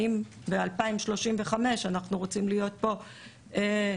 האם ב-2035 אנחנו רוצים להיות פה עם